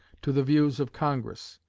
to the views of congress,